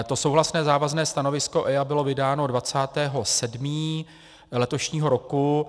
To souhlasné závazné stanovisko EIA bylo vydáno 20. 7. letošního roku.